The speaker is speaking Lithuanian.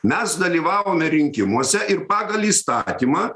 mes dalyvavome rinkimuose ir pagal įstatymą